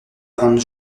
rendre